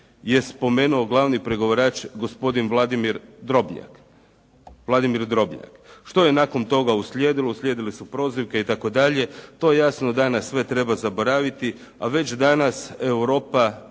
je spomenuo glavni pregovarač, gospodin Vladimir Drobnjak. Što je nakon toga uslijedilo? Uslijedile su prozivke itd. To jasno danas sve treba zaboraviti. A već danas Europa,